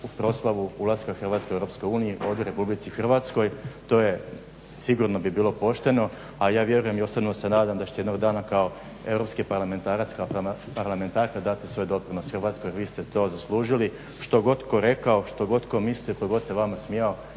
za proslavu ulaska Hrvatske u EU ovdje u Republici Hrvatskoj. To je sigurno bi bilo pošteno, a ja vjerujem i osobno se nadam da ćete jednog dana kao europski parlamentarac, kao parlamentarka dati svoj doprinos Hrvatskoj, vi ste to zaslužili što god tko rekao, što god tko mislio, tko god se vama smijao.